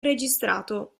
registrato